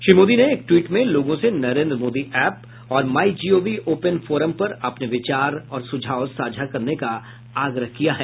श्री मोदी ने एक ट्वीट में लोगों से नरेन्द्र मोदी ऐप और my G O V open forum पर अपने विचार और सुझाव साझा करने का आग्रह किया है